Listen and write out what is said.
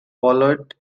followed